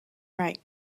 right